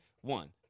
One